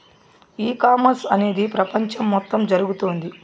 e commerce అనేది ప్రపంచం మొత్తం జరుగుతోంది